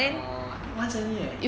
orh once only leh